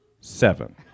seven